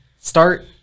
Start